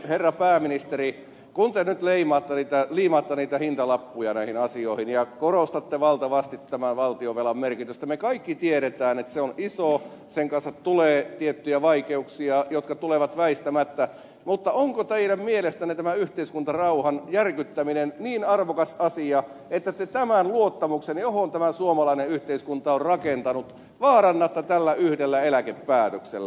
herra pääministeri kun te nyt liimaatte niitä hintalappuja näihin asioihin ja korostatte valtavasti tämän valtionvelan merkitystä me kaikki tiedämme että se on iso sen kanssa tulee tiettyjä vaikeuksia jotka tulevat väistämättä onko teidän mielestänne tämän yhteiskuntarauhan järkyttäminen niin arvokas asia että te tämän luottamuksen johon tämä suomalainen yhteiskunta on rakentanut vaarannatte tällä yhdellä eläkepäätöksellä